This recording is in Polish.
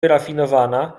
wyrafinowana